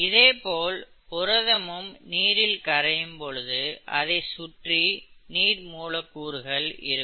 இதேபோல் புரதமும் நீரில் கரையும் பொழுது அதனை சுற்றி நீர் மூலக்கூறுகள் இருக்கும்